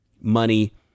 money